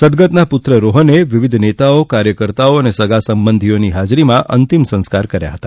સદ્દગતના પુત્ર રોહને વિવિધ નેતાઓ કાર્યકરો અને સગાસંબંધીઓની હાજરીમાં અંતિમ સંસ્કાર કર્યા હતા